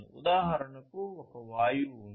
ఉదాహరణకు ఒక వాయువు ఉంది